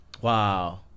wow